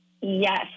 Yes